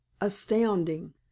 astounding